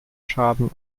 schaden